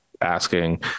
asking